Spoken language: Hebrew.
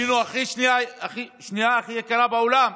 השנייה הכי יקרה בעולם.